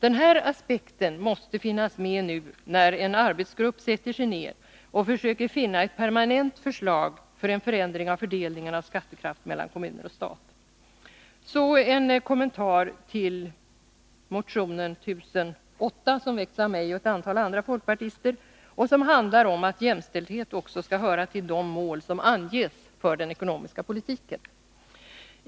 Den här aspekten måste finnas med när nu en arbetsgrupp sätter sig ner och försöker finna ett permanent förslag för en förändring av fördelningen av skattekraft mellan kommuner och stat. Så en kommentar till motion 1008, som väckts av mig och ett antal andra folkpartister och som handlar om att jämställdhet också skall höra till de mål som anges för den ekonomiska politiken.